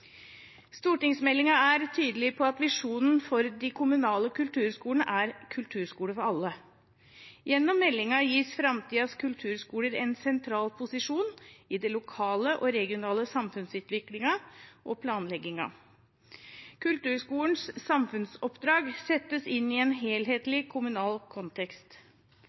er tydelig på at visjonen for de kommunale kulturskolene er «Kulturskole for alle». Gjennom meldingen gis framtidens kulturskoler en sentral posisjon i den lokale og regionale samfunnsutviklingen og -planleggingen. Kulturskolens samfunnsoppdrag settes inn i en helhetlig kommunal kontekst.